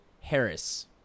Harris